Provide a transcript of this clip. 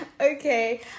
Okay